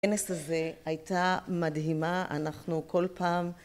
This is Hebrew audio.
הכנס הזה הייתה מדהימה, אנחנו כל פעם